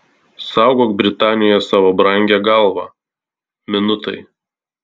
saugok britanijoje savo brangią galvą minutai